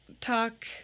talk